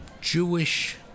Jewish